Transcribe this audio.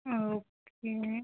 ஆ okay